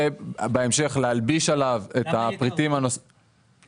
ובהמשך להלביש עליו את הפריטים הנוספים